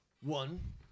One